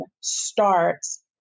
starts